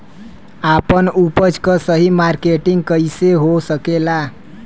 आपन उपज क सही मार्केटिंग कइसे हो सकेला?